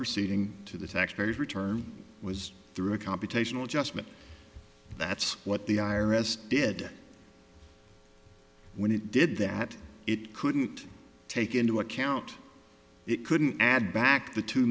proceeding to the taxpayers return was through a computational adjustment that's what the i r s did when it did that it couldn't take into account it couldn't add back the two